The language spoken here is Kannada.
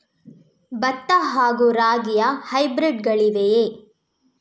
ಭತ್ತ ಹಾಗೂ ರಾಗಿಯ ಹೈಬ್ರಿಡ್ ಗಳಿವೆಯೇ?